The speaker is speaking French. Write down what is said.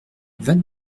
vingt